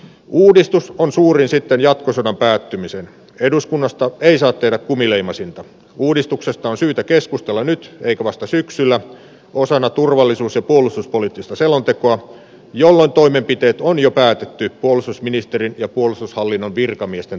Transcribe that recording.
uudistus on suurin sitten jatkosodan päättymiseen eduskunnasta ei saa tehdä kumileimasinta uudistuksesta on syytä keskustella nyt eikä vasta syksyllä osana turvallisuus ja puolustuspoliittista selontekoa jolla toimenpiteet on jo päätetty puolustusministerin ja puolustushallinnon virkamiesten